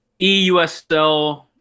EUSL